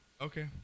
Okay